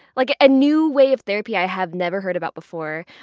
like a new way of therapy i have never heard about before.